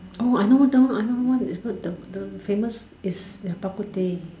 orh I know that one I know one it's not the the famous it's their Bak-Kut-Teh